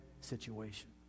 situation